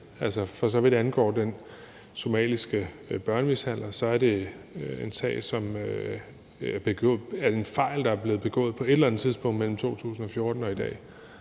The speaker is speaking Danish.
for så vidt angår den somaliske børnemishandler, er det en fejl, der er blevet begået på et eller andet tidspunkt mellem 2014 og i dag.